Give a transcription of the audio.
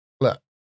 look